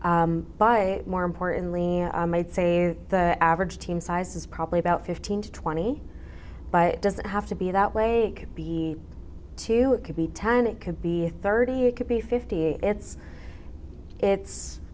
by more importantly might save the average team sizes probably about fifteen to twenty but doesn't have to be that way it could be two it could be time it could be thirty it could be fifty it's it's